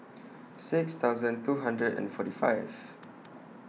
six thousand two hundred and forty five